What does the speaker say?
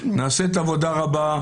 נעשית עבודה רבה,